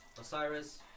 Osiris